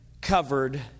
covered